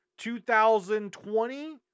2020